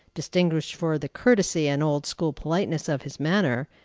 distinguished for the courtesy and old-school politeness of his manner,